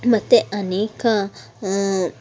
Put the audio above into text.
ಮತ್ತು ಅನೇಕ